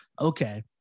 okay